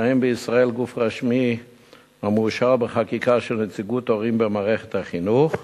שאין בישראל גוף רשמי המאושר בחקיקה של נציגות הורים במערכת החינוך.